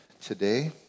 today